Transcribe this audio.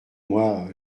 moi